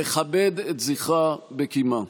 נכבד את זכרה בקימה.